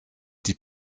die